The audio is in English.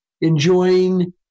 enjoying